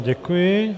Děkuji.